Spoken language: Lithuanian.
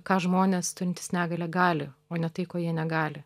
ką žmonės turintys negalią gali o ne tai ko jie negali